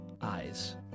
eyes